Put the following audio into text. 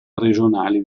regionali